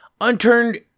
Unturned